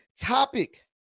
topic